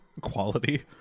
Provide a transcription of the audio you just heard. quality